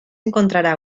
encontrará